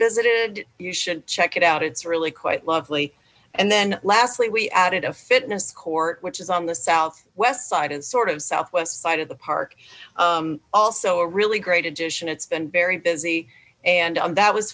visited you should check it out it's really quite lovely and then lastly we added a fitness court which is on the south west side and sort of southwest side of the park also a really great addition it's been very busy and that was